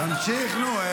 אנחנו אמרנו למה